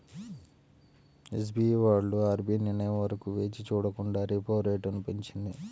SBI వాళ్ళు RBI నిర్ణయం వరకు వేచి చూడకుండా రెపో రేటును పెంచింది